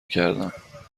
کردم